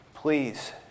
Please